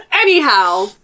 Anyhow